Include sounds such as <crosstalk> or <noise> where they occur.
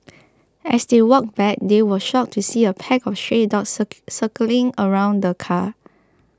as they walked back they were shocked to see a pack of stray dogs <unintelligible> circling around the car